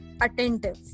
attentive